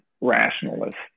rationalist